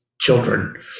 children